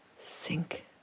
sink